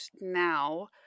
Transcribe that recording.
now